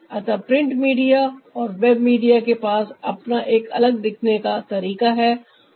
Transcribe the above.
अतः print media और web media के पास अपना एक अलग दिखने का तरीका है